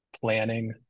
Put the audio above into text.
planning